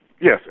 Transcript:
Yes